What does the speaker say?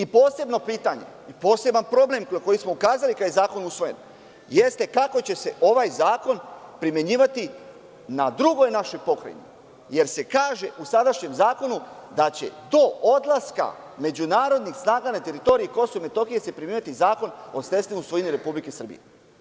Posebno pitanje i poseban problem, na koji smo ukazali kad je zakon usvojen, jeste kako će se ovaj zakon primenjivati na drugoj našoj pokrajini, jer se kažeu sadašnjem zakonu - da će do odlaska međunarodnih snaga na teritoriji Kosova i Metohije se primenjivati Zakon o sredstvima u svojini Republike Srbije.